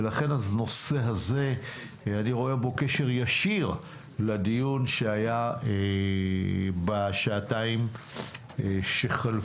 ולכן אני רואה בנושא הזה קשר ישיר לדיון שהיה בשעתיים שחלפו.